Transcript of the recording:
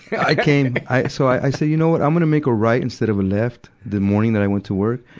i came, i so i, so i said you know what? i'm gonna make a right instead of a left, the morning that i went to work.